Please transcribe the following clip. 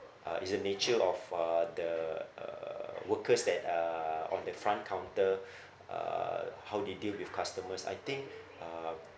uh it's a nature of uh the uh workers that are on the front counter uh how they deal with customers I think uh